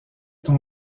ton